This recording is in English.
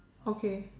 okay